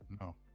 No